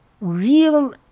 real